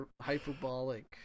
hyperbolic